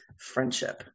friendship